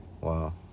Wow